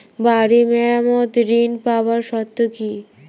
বাড়ি মেরামত ঋন পাবার শর্ত কি?